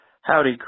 Howdy